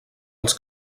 als